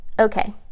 Okay